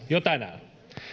jo tänään